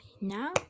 now